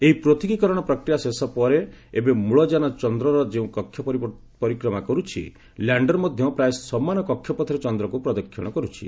ଏହି ପୂଥକିକରଣ ପ୍ରକ୍ରିୟା ଶେଷ ପରେ ଏବେ ମୂଳଯାନ ଚନ୍ଦ୍ରରର ଯେଉଁ କକ୍ଷରେ ପରିକ୍ରମା କରୁଛି ଲ୍ୟାଣ୍ଡର ମଧ୍ୟ ପ୍ରାୟ ସମାନ କକ୍ଷପଥରେ ଚନ୍ଦ୍ରକୁ ପ୍ରଦକ୍ଷୀଣ କରୁଛି